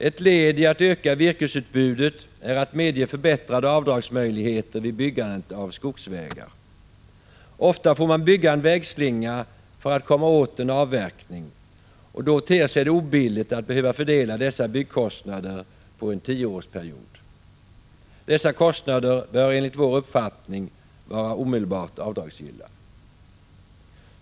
Ett led i att öka virkesutbudet är att medge förbättrade avdragsmöjligheter vid byggande av skogsvägar. Ofta får man bygga en vägslinga för att komma åt en avverkning, och då ter det sig obilligt att behöva fördela dessa byggkostnader på en tioårsperiod. Dessa kostnader bör enligt vår uppfattning vara omedelbart avdragsgilla.